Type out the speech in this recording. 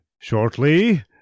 Shortly